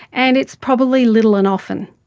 and it's probably little and often.